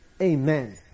amen